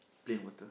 plain water